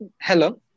hello